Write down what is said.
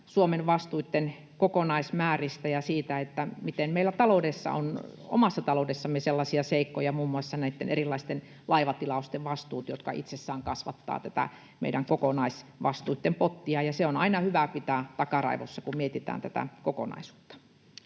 Suomen vastuitten kokonaismääristä ja siitä, miten meillä on omassa taloudessamme sellaisia seikkoja, muun muassa näitten erilaisten laivatilausten vastuut, jotka itsessään kasvattavat tätä meidän kokonaisvastuitten pottia, ja se on aina hyvä pitää takaraivossa, kun mietitään tätä kokonaisuutta.